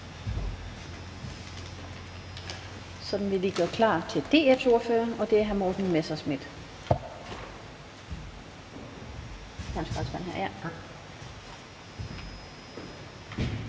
så vi kan gøre klar til DF's ordfører, og det er hr. Morten Messerschmidt.